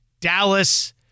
Dallas